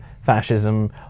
fascism